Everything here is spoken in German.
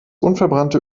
unverbrannte